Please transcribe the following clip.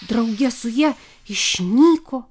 drauge su ja išnyko